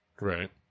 Right